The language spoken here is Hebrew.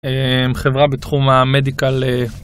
חברה בתחום המדיקל.